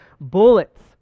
bullets